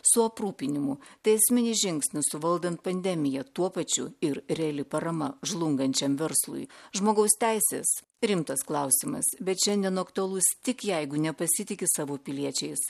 su aprūpinimu tai esminis žingsnis suvaldant pandemiją tuo pačiu ir reali parama žlungančiam verslui žmogaus teisės rimtas klausimas bet šiandien aktualus tik jeigu nepasitiki savo piliečiais